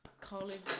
college